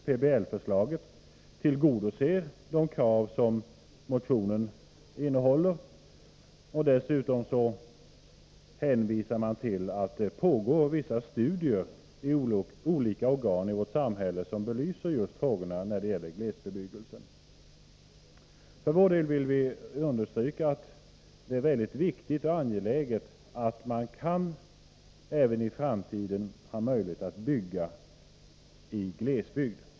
PBL-förslaget tillgodoser enligt utskottets uppfattning de krav som motionen innehåller. Dessutom hänvisar utskottet till att det pågår vissa studier i olika organ i vårt samhälle. Dessa studier belyser frågorna beträffande glesbygden. Vi för vår del vill understryka att det är väldigt viktigt och angeläget att man även i framtiden kan ha möjlighet att bygga i glesbygden.